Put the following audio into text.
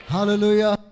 Hallelujah